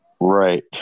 Right